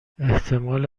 احتمال